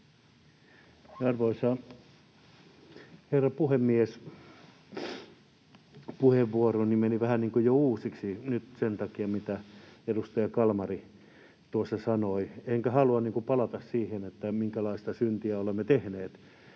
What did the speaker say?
Arvoisa herra puhemies! Puheenvuoroni meni vähän niin kuin jo uusiksi nyt sen takia, mitä edustaja Kalmari tuossa sanoi, enkä halua palata siihen, minkälaista syntiä olemme tehneet